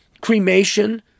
cremation